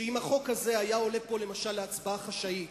שאם החוק הזה היה עולה פה להצבעה חשאית